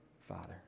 father